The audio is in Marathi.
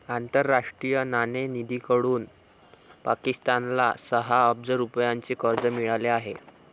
आंतरराष्ट्रीय नाणेनिधीकडून पाकिस्तानला सहा अब्ज रुपयांचे कर्ज मिळाले आहे